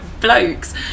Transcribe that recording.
blokes